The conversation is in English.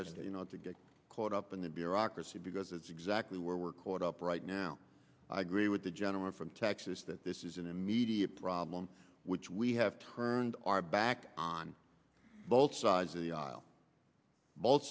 as you know to get caught up in the bureaucracy because it's exactly where we're caught up right now i agree with the gentleman from texas that this is an immediate problem which we have turned our back on both sides of the aisle both